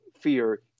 fear